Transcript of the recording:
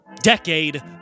decade